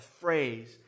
phrase